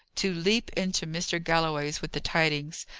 to leap into mr. galloway's with the tidings,